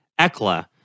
ECLA